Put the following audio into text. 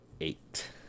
eight